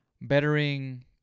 bettering